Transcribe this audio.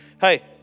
Hey